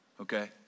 okay